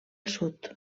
sud